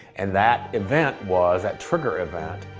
and that event was, that trigger event,